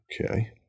Okay